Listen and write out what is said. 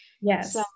Yes